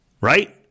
Right